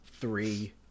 three